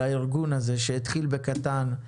על הארגון הזה שהתחיל בקטן.